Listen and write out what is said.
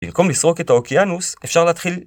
במקום לסרוק את האוקיינוס אפשר להתחיל